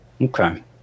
Okay